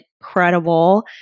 incredible